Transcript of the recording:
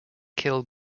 kill